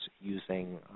using